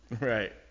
right